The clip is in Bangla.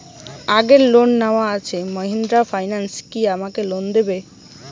আগের লোন নেওয়া আছে মাহিন্দ্রা ফাইন্যান্স কি আমাকে লোন দেবে?